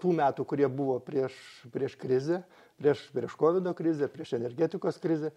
tų metų kurie buvo prieš prieš krizę prieš prieš kovido krizę prieš energetikos krizę